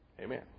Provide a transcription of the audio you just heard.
amen